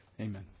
Amen